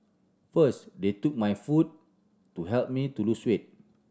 first they took my food to help me to lose weight